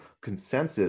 consensus